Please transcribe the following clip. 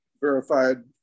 verified